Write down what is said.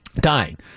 dying